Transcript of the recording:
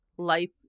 life